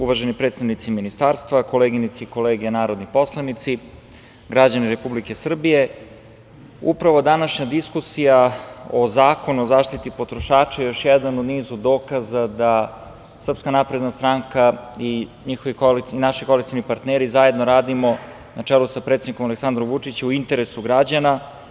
Uvaženi predstavnici ministarstva, koleginice i kolege narodni poslanici, građani Republike Srbije, upravo današnja diskusija o Zakonu o zaštiti potrošača je još jedan u nizu dokaza da SNS i naši koalicioni partneri zajedno radimo na čelu sa predsednikom Aleksandrom Vučićem u interesu građana.